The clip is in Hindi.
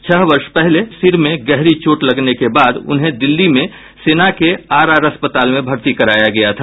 छह वर्ष पहले सिर में गहरी चोट लगने के बाद उन्हें दिल्ली में सेना के आर आर अस्पताल में भर्ती कराया गया था